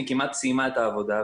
היא כמעט סיימה את העבודה.